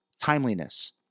timeliness